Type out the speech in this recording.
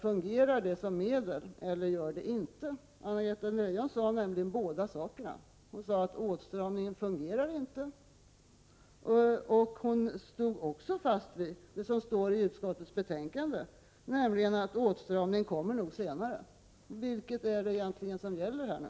Fungerar det som medel eller gör det inte? Anna-Greta Leijon sade nämligen båda sakerna. Hon sade att åtstramningen fungerar inte, och hon stod också fast vid det som står i utskottets betänkande, att åtstramningen kommer nog senare. Vilket är det egentligen som gäller här nu?